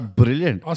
brilliant